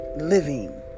living